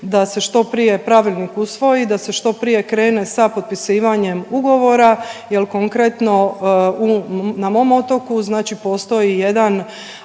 da se što prije pravilnik usvoji, da se što prije krene sa potpisivanjem ugovora, jer konkretno na mom otoku, znači postoji jedan